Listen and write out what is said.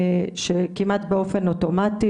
שכמעט באופן אוטומטי,